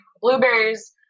blueberries